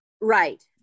Right